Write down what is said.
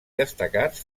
destacats